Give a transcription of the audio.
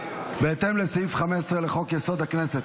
בהתאם לסעיף 15 לחוק-יסוד: הכנסת,